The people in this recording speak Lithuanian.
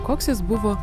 koks jis buvo